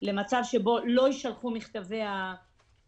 נוכל להגיע למצב שבו לא יישלחו מכתבי הפיטורים.